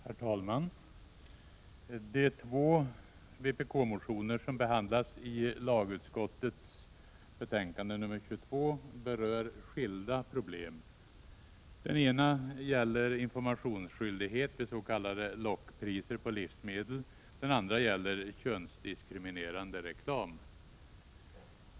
Herr talman! De två vpk-motioner som behandlas i lagutskottets betänkande 22 berör skilda problem. Den ena gäller informationsskyldighet vid s.k. lockpriser på livsmedel. Den andra gäller könsdiskriminerande reklam.